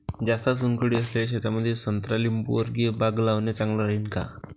जास्त चुनखडी असलेल्या शेतामंदी संत्रा लिंबूवर्गीय बाग लावणे चांगलं राहिन का?